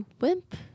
wimp